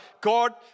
God